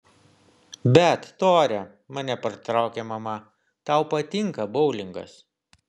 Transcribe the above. bet tore mane pertraukė mama tau patinka boulingas